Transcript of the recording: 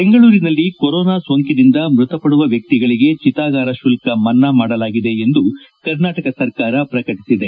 ಬೆಂಗಳೂರಿನಲ್ಲಿ ಕೊರೋನಾ ಸೋಂಕಿನಿಂದ ಮೃತಪಡುವ ವ್ಯಕ್ತಿಗಳಿಗೆ ಚಿತಾಗಾರ ಶುಲ್ಕ ಮನ್ನ ಮಾಡಲಾಗಿದೆ ಎಂದು ಕರ್ನಾಟಕ ಸರ್ಕಾರ ಪ್ರಕಟಿಸಿದೆ